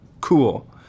Cool